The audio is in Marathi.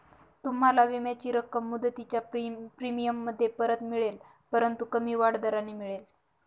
तुम्हाला विम्याची रक्कम मुदतीच्या प्रीमियममध्ये परत मिळेल परंतु कमी वाढ दराने मिळेल